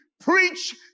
preach